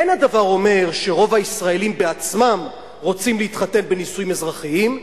אין הדבר אומר שרוב הישראלים בעצמם רוצים להתחתן בנישואין אזרחיים,